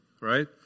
right